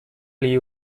liu